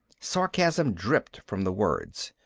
sarcasm dripped from the words.